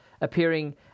appearing